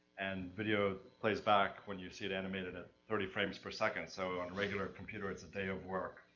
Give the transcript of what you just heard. and video, it plays back, when you see it animated at thirty frames per second, so on a regualr computer, it's a day of work,